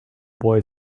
boy